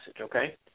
okay